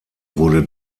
wurde